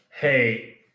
hey